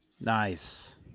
nice